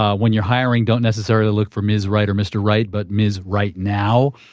ah when you're hiring don't necessarily look for ms. right or mr. right, but ms. right now.